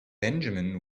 benjamin